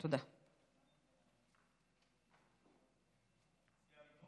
כבוד היושבת-ראש, אני לא